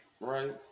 right